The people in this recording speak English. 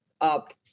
up